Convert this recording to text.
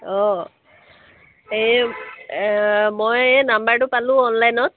অঁ এই মই এই নাম্বাৰটো পালোঁ অনলাইনত